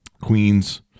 queen's